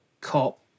COP